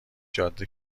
جاده